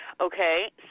Okay